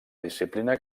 disciplina